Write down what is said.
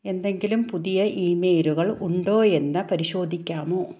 എന്തെങ്കിലും പുതിയ ഇമെയിലുകൾ ഉണ്ടോയെന്ന് പരിശോധിക്കാമോ